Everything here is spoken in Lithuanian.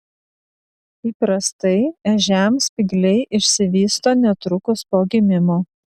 įprastai ežiams spygliai išsivysto netrukus po gimimo